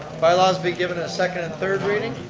by-laws be given a second and third reading.